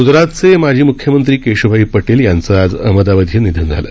ग्जरातचे माजी मुख्यमंत्री केशुभाई पटेल याचं आज अहमदाबाद इथं निधन झालं